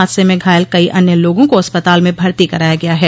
हादसे में घायल कई अन्य लोगों को अस्पताल में भर्ती कराया गया है